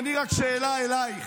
מה עם, בנגב?